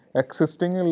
existing